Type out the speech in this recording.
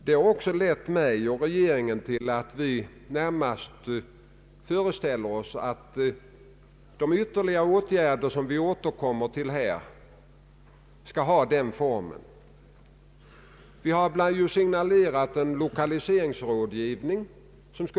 Det är sålunda inte möjligt att hos oss lösa dessa frågor bara genom att se efter hur andra länder löser sina problem.